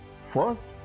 first